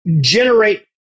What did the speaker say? generate